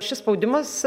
šis spaudimas